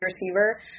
receiver